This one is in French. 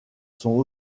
sont